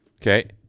Okay